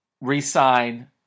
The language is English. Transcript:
re-sign